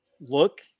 look